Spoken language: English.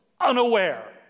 unaware